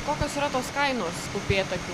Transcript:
kokios yra tos kainos upėtakių